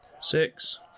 Six